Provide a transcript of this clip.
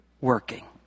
working